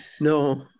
No